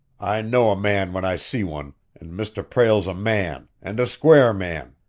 i know a man when i see one, and mr. prale's a man, and a square man,